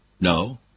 No